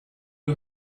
you